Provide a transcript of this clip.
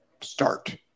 start